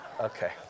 Okay